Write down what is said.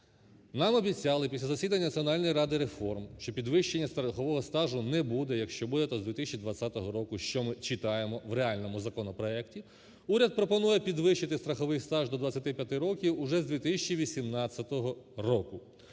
Нам обіцяли після засідання Національної ради реформ, що підвищення страхового стажу не буде, якщо буде, то з 2020 року. Що ми читаємо в реальному законопроекті? Уряд пропонує підвищити страховий стаж до 25 років уже з 2018 року.